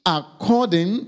according